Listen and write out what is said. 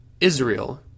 Israel